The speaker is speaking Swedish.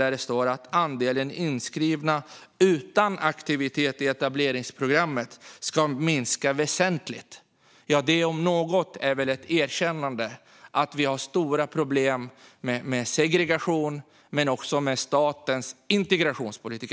Där står det att andelen inskrivna utan aktivitet i etableringsprogrammet ska minska väsentligt. Detta om något är väl ett erkännande av att vi har stora problem såväl med segregation som med statens integrationspolitik.